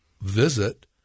visit